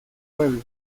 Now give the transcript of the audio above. pueblo